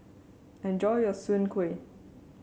enjoy your Soon Kway